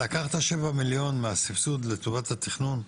לקחת 7 מיליון מהסבסוד לטובת התכנון?